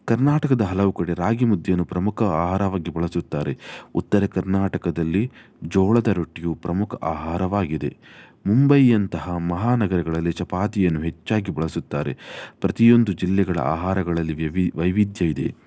ಕರ್ನಾಟಕದ ಹಲವು ಕಡೆ ರಾಗಿಮುದ್ದೆಯನ್ನು ಪ್ರಮುಖ ಆಹಾರವಾಗಿ ಬಳಸುತ್ತಾರೆ ಉತ್ತರ ಕರ್ನಾಟಕದಲ್ಲಿ ಜೋಳದ ರೊಟ್ಟಿಯು ಪ್ರಮುಖ ಆಹಾರವಾಗಿದೆ ಮುಂಬೈಯಂತಹ ಮಹಾನಗರಗಳಲ್ಲಿ ಚಪಾತಿಯನ್ನು ಹೆಚ್ಚಾಗಿ ಬಳಸುತ್ತಾರೆ ಪ್ರತಿಯೊಂದು ಜಿಲ್ಲೆಗಳ ಆಹಾರಗಳಲ್ಲಿ ವಿವಿಧ ವೈವಿಧ್ಯ ಇದೆ